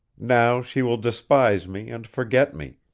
now she will despise me and forget me.